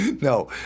no